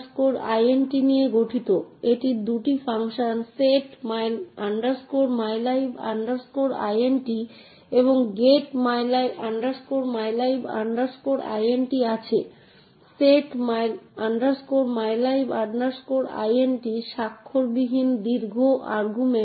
সুতরাং সিস্টেমে বেশ কয়েকটি স্তরে অ্যাক্সেস কন্ট্রোল উপলব্ধ তাই আপনার অ্যাক্সেস নিয়ন্ত্রণ নীতিগুলি রয়েছে যা হার্ডওয়্যার অপারেটিং সিস্টেম ডিবিএমএসের মতো মিডলওয়্যার এবং বিভিন্ন অ্যাপ্লিকেশনগুলিতে উপস্থিত রয়েছে যাতে আমরা হার্ডওয়্যার থেকে অ্যাপ্লিকেশনের দিকে এগিয়ে যাই